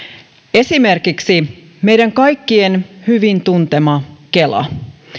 esimerkiksi meidän kaikkien hyvin tuntema kela